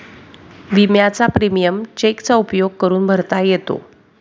विम्याचा प्रीमियम चेकचा उपयोग करून भरता येतो